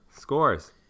scores